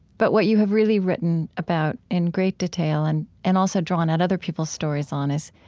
but what you have really written about in great detail and and also drawn out other peoples' stories on is